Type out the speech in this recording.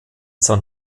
san